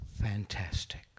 fantastic